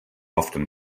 often